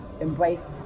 embrace